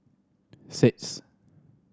six